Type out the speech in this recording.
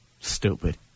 Stupid